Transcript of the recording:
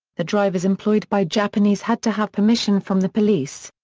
the drivers employed by japanese had to have permission from the police.